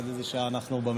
עד איזו שעה אנחנו במליאה?